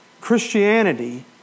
Christianity